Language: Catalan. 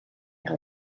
que